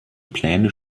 pläne